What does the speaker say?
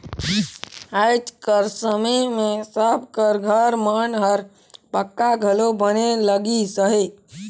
आएज कर समे मे सब कर घर मन हर पक्का घलो बने लगिस अहे